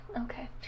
Okay